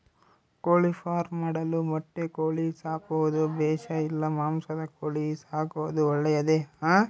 ಕೋಳಿಫಾರ್ಮ್ ಮಾಡಲು ಮೊಟ್ಟೆ ಕೋಳಿ ಸಾಕೋದು ಬೇಷಾ ಇಲ್ಲ ಮಾಂಸದ ಕೋಳಿ ಸಾಕೋದು ಒಳ್ಳೆಯದೇ?